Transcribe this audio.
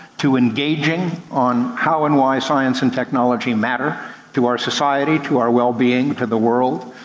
to engaging on how and why science and technology matter to our society, to our wellbeing, to the world.